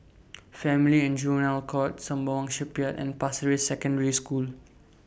Family and Juvenile Court Sembawang Shipyard and Pasir Ris Secondary School